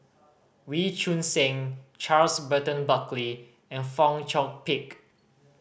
Wee Choon Seng Charles Burton Buckley and Fong Chong Pik